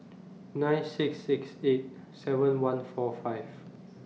nine six six eight seven one four five